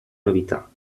novità